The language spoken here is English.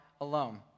alone